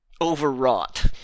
overwrought